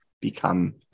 become